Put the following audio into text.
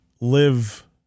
live